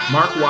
Mark